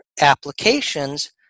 applications